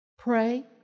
Pray